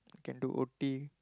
can do O_T